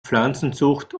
pflanzenzucht